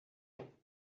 malsato